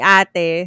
ate